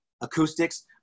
acoustics